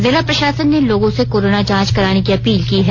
जिला प्रशासन ने लोगों से कोरोना जांच कराने की अपील की है